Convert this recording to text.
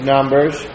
Numbers